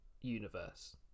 universe